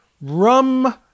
rum